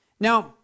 Now